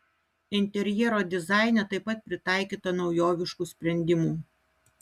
interjero dizaine taip pat pritaikyta naujoviškų sprendimų